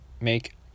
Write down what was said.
make